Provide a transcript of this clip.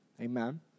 amen